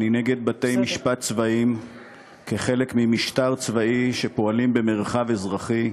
אני נגד בתי-משפט צבאיים כחלק ממשטר צבאי שפועל במרחב אזרחי,